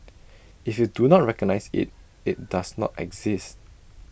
if you do not recognise IT it does not exist